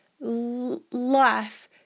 life